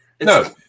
No